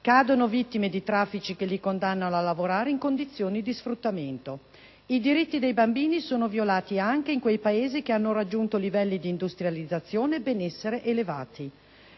cadono vittime di traffici che li condannano a lavorare in condizioni di sfruttamento: i diritti dei bambini sono violati anche in quei Paesi che hanno raggiunto livelli di industrializzazione e benessere elevati.